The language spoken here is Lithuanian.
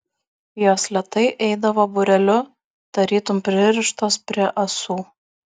jos lėtai eidavo būreliu tarytum pririštos prie ąsų